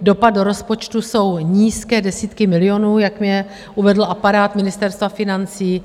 Dopad do rozpočtu jsou nízké desítky milionů, jak mi uvedl aparát Ministerstva financí.